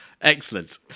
Excellent